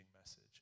message